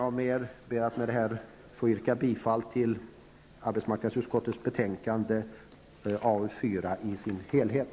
Med det anförda ber jag att få yrka bifall till hemställan i arbetsmarknadsutskottets betänkande AU4 i dess helhet.